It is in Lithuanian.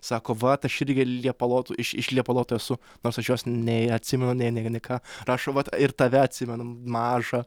sako vat aš irgi liepalotų iš iš liepalotų esu nors aš jos nei atsimenu nei nei ką rašo vat ir tave atsimena mažą